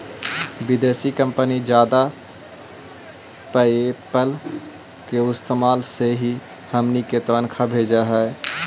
विदेशी कंपनी जादा पयेपल के इस्तेमाल से ही हमनी के तनख्वा भेजऽ हइ